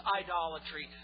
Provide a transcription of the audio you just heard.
idolatry